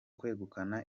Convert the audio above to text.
kwegukana